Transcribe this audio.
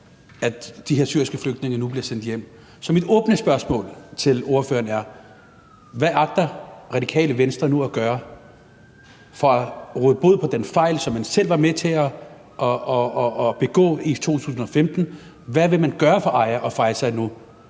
at de her syriske flygtninge nu bliver sendt hjem. Så mit åbne spørgsmål til ordføreren er: Hvad agter Radikale Venstre nu at gøre for at råde bod på den fejl, som man selv var med til at begå i 2015? Hvad vil man gøre for Aya og Faeza nu?